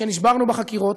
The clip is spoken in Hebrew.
שנשברנו בחקירות,